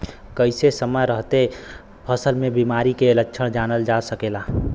कइसे समय रहते फसल में बिमारी के लक्षण जानल जा सकेला?